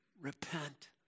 Repent